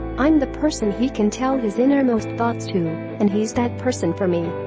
i'm the person he can tell his innermost thoughts to and he's that person for me